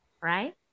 right